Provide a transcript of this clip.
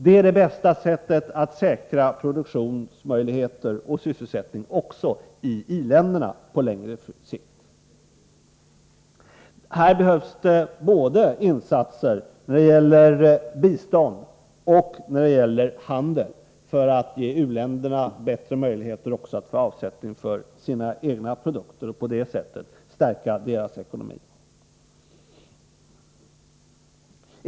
Det är det bästa sättet att säkra produktionsmöjligheter och sysselsättning även i i-länderna på längre sikt. Här behövs det insatser både när det gäller bistånd och när det gäller handel för att ge u-länderna bättre möjligheter också att få avsättning för sina egna produkter och för att på det sättet stärka deras ekonomi.